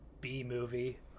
b-movie